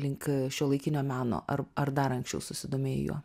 link šiuolaikinio meno ar ar dar anksčiau susidomėjai juo